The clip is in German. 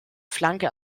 flanke